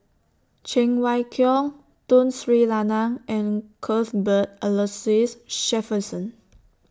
Cheng Wai Keung Tun Sri Lanang and Cuthbert Aloysius Shepherdson